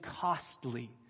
costly